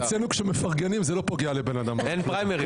אצלנו כשמפרגנים זה לא פוגע לבן אדם --- אין פריימריז.